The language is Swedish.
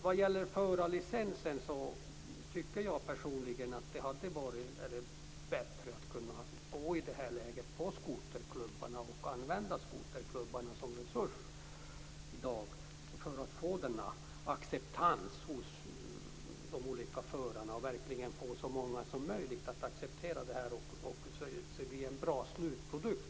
Vad gäller förarlicensen tycker jag däremot personligen att det hade varit bättre att i det här läget använda skoterklubbarna som resurs för att få acceptans hos de olika förarna och verkligen få så många som möjligt att acceptera en sådan, så att det blir en bra slutprodukt.